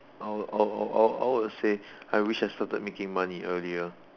I would I would I would I would I would say I wish I started making money earlier